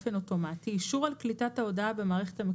באופן אוטומטי,